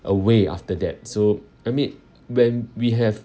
away after that so I mean when we have